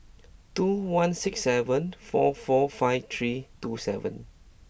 two one six seven four four five three two seven